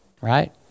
right